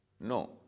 No